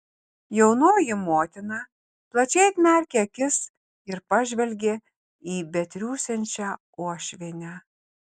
jaunoji motina plačiai atmerkė akis ir pažvelgė į betriūsiančią uošvienę